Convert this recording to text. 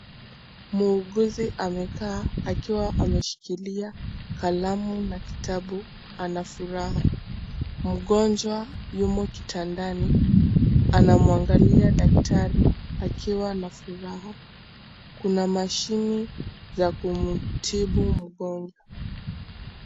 Muuguzi amekaa akiwa ameshikilia kalamu na kitabu, anafuraha. Mgonjwa yumo kitandani, anamwangalia daktari akiwa na furaha. Kuna mashini za kumtibu mgonjwa.